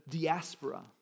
diaspora